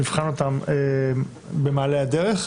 נבחן אותן במעלה הדרך.